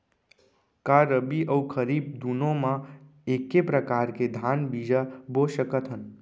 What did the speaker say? का रबि अऊ खरीफ दूनो मा एक्के प्रकार के धान बीजा बो सकत हन?